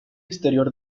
exterior